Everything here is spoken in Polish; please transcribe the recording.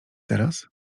teraz